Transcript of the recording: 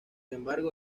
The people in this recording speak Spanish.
embargo